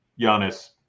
Giannis